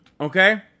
Okay